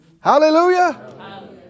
Hallelujah